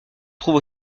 trouve